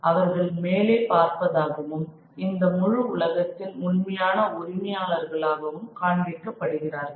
அவர்கள் மேலே பார்ப்பதாகவும் இந்த முழு உலகத்தின் உண்மையான உரிமையாளர்களாகவும் காண்பிக்க படுகிறார்கள்